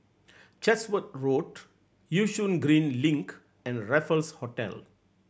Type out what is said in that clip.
Chatsworth Road Yishun Green Link and Raffles Hotel